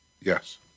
Yes